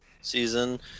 season